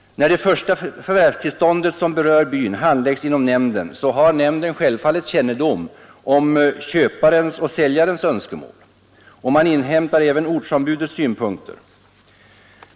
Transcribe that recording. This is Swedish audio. När det första förvärvstillståndet som berör byn handläggs inom nämnden, har denna självfallet kännedom om köparens och säljarens önskemål, och man inhämtar även ortsombudets synpunkter.